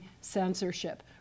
censorship